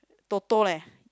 Toto leh